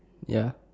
ya